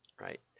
right